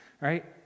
right